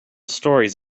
stories